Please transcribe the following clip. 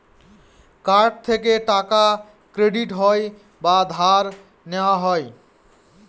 card থেকে টাকা credit হয় বা ধার নেওয়া হয়